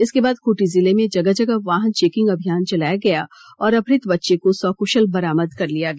इसके बाद खूंटी जिले में जगह जगह वाहन चेकिंग अभियान चलाया गया और अपहृत बच्चे को सकुशल बरामद कर लिया गया